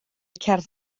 cerdd